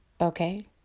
Okay